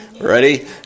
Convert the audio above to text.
ready